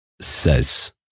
says